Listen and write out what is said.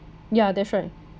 ya that's right